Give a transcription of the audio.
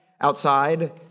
outside